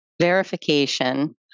Verification